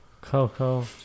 Coco